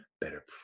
better